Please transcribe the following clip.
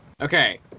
Okay